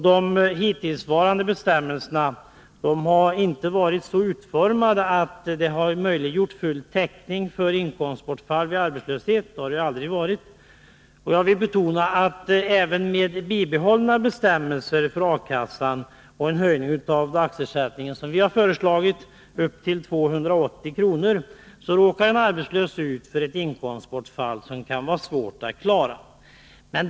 De hittillsvarande bestämmelserna har inte varit så utformade att de möjliggjort full täckning för inkomstbortfall vid arbetslöshet. Det har de aldrig varit. Jag vill betona att även med bibehållna bestämmelser för A-kassan och en höjning av dagsersättningen till 280 kr., råkar en arbetslös ut för ett inkomstbortfall som det kan vara svårt att klara.